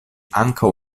ankaŭ